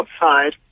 outside